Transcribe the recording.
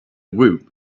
room